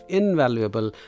invaluable